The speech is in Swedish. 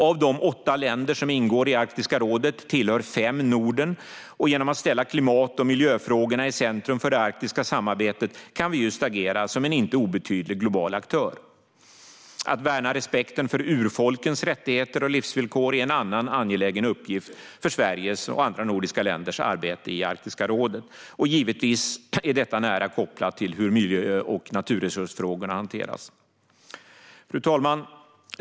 Av de åtta länder som ingår i Arktiska rådet tillhör fem Norden, och genom att ställa klimat och miljöfrågorna i centrum för det arktiska samarbetet kan vi just agera som en inte obetydlig global aktör. Att värna respekten för urfolkens rättigheter och livsvillkor är en annan angelägen uppgift för Sveriges och andra nordiska länders arbete i Arktiska rådet. Givetvis är detta nära kopplat till hur miljö och naturresursfrågorna hanteras. Fru talman!